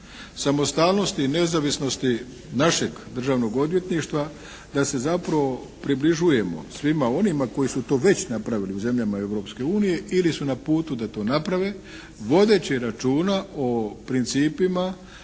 samostalnosti i nezavisnosti našeg Državnog odvjetništva da se zapravo približujemo svima onima koji su to već napravili u zemljama Europske unije ili su na putu da to naprave vodeći računa o principima